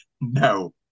no